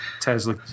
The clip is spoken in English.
Tesla